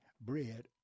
bread